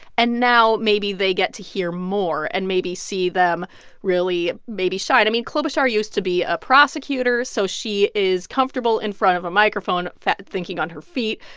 and now maybe they get to hear more and maybe see them really, maybe, shine i mean, klobuchar used to be a prosecutor, so she is comfortable in front of a microphone, thinking on her feet.